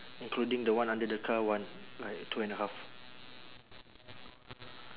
including the one under the car one like two and a half